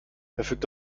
verfügt